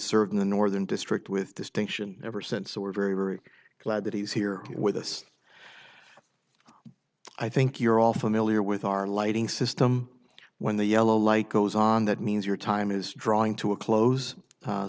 served in the northern district with distinction ever since so we're very very glad that he's here with us i think you're all familiar with our lighting system when the yellow light goes on that means your time is drawing to a close